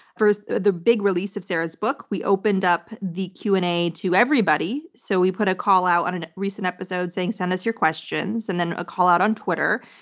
for the big release of sarah's book, we opened up the q and a to everybody, so we put a call out on a recent episode saying send us your questions, and then a call out on twitter.